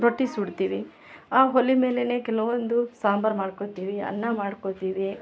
ರೊಟ್ಟಿ ಸುಡ್ತೀವಿ ಆ ಒಲಿ ಮೇಲೇ ಕೆಲವೊಂದು ಸಾಂಬಾರ್ ಮಾಡ್ಕೋತೀವಿ ಅನ್ನ ಮಾಡ್ಕೋತೀವಿ